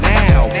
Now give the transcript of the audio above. now